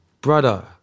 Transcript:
brother